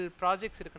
projects